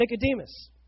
Nicodemus